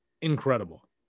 incredible